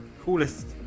coolest